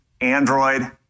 Android